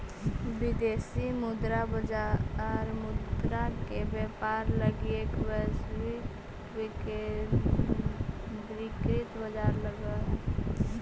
विदेशी मुद्रा बाजार मुद्रा के व्यापार लगी एक वैश्विक विकेंद्रीकृत बाजार हइ